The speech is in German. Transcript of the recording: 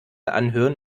anhören